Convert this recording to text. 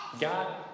God